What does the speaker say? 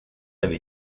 avait